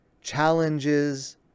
challenges